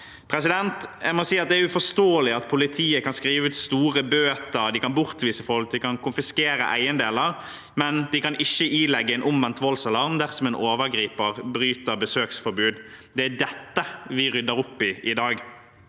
trygt liv. Jeg må si det er uforståelig at politiet kan skrive ut store bøter, at de kan bortvise folk og konfiskere eiendeler, mens de ikke kan ilegge omvendt voldsalarm dersom en overgriper bryter besøksforbudet. Det er dette vi rydder opp i i dag.